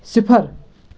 صِفر